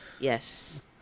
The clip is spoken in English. Yes